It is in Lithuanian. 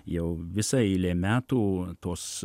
jau visa eilė metų tos